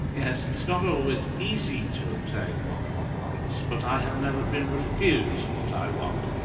yes, it's not always easy to obtain what one wants, but i have never been refused what i want.